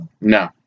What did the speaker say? No